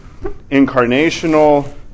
incarnational